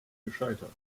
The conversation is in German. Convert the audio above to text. gescheitert